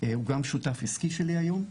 הוא גם שותף עסקי שלי היום,